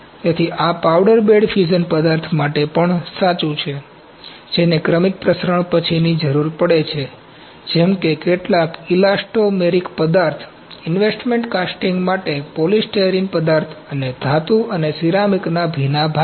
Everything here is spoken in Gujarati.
તેથી આ પાઉડર બેડ ફ્યુઝન પદાર્થ માટે પણ સાચું છે જેને ક્રમિક પ્રસારણ પછીની જરૂર પડે છે જેમ કે કેટલાક ઇલાસ્ટોમેરિક પદાર્થ ઇનવેસ્ટમેંટ કાસ્ટિંગ માટે પોલિસ્ટરીન પદાર્થ અને ધાતુ અને સિરામિકના ભીના ભાગો